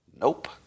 Nope